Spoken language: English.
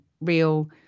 real –